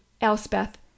Elspeth